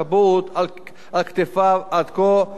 ואנחנו, כמדינה, צריכים להגיד להם על כך תודה רבה.